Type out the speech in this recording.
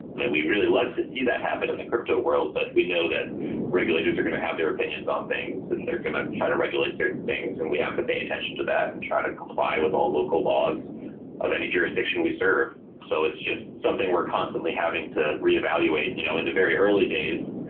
we really like to see that happen in the crypto world, but we know that regulators are going to have their opinions on things and they're going to try to regulate certain things and we have to pay attention to that and try to comply with all local laws of any jurisdiction we serve so it's it's just something we're constantly having to reevaluate. you know in the very early days,